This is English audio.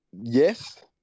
yes